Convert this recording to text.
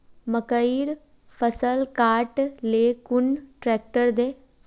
मकईर फसल काट ले कुन ट्रेक्टर दे?